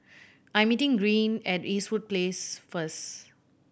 I'm meeting Greene at Eastwood Place first